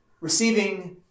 receiving